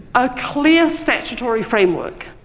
a clear statutory framework.